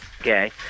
Okay